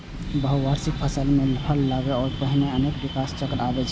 बहुवार्षिक फसल मे फल लागै सं पहिने अनेक विकास चक्र आबै छै